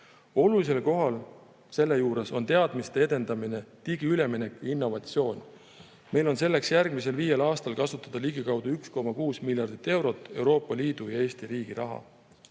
olukorda. Olulisel kohal selle juures on teadmiste edendamine, digiüleminek ja innovatsioon. Meil on selleks järgmisel viiel aastal kasutada ligikaudu 1,6 miljardit eurot Euroopa Liidu ja Eesti riigi raha.